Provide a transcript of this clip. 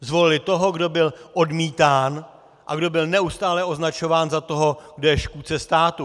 Zvolili toho, kdo byl odmítán a kdo byl neustále označován za toho, kdo je škůdce státu.